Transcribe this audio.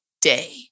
day